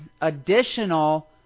additional